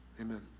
Amen